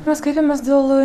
mes kreipėmės dėl